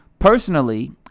Personally